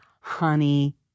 honey